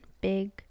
big